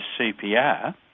CPR